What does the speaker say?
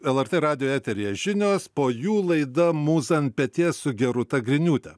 lrt radijo eteryje žinios po jų laida mūza ant peties su gerūta griniūtė